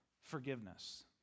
forgiveness